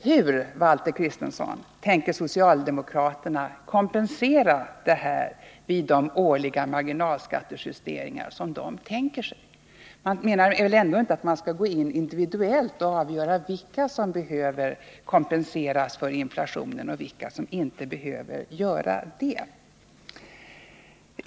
Hur, Valter Kristenson, avser socialdemokraterna att kompensera dessa olika hushållstyper vid de årliga marginalskattejusteringar som de tänker sig? Ni menar väl ändå inte att man skall gå in individuellt och avgöra vilka som behöver kompenseras för inflationen och vilka som inte behöver göra det?